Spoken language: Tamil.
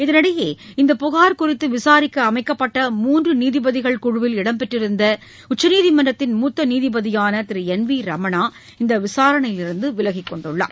இதளிடையே இந்த புகார் குறித்து விசாரிக்க அமைக்கப்பட்ட மூன்று நீதிபதிகள் குழுவில் இடம்பெற்றிருந்த உச்சநீமன்றத்தின் மூத்த நீதிபதியான திரு என் வி ரமணா இந்த விசாரணையிலிருந்து விலகிக் கொண்டுள்ளார்